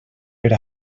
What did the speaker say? per